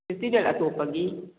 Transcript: festival ꯑꯣꯞꯄꯒꯤ